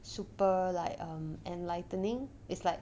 super like um enlightening is like